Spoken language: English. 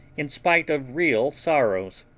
in spite of real sorrows.